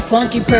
Funky